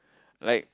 like